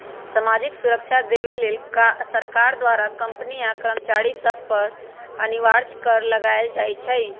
सामाजिक सुरक्षा देबऐ लेल सरकार द्वारा कंपनी आ कर्मचारिय सभ पर अनिवार्ज कर लगायल जाइ छइ